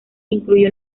incluye